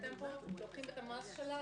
אתם פה לוקחים את המס שלנו.